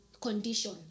condition